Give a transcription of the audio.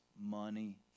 money